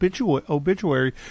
obituary